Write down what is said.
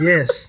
Yes